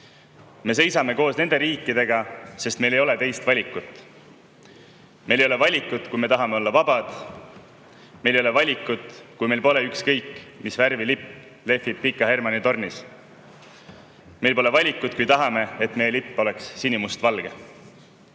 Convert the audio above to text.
Me seisame koos nende riikidega, sest meil ei ole teist valikut. Meil ei ole valikut, kui me tahame olla vabad. Meil ei ole valikut, kui meil pole ükskõik, mis värvi lipp lehvib Pika Hermanni tornis. Meil pole valikut, kui tahame, et meie lipp oleks sinimustvalge.